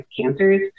cancers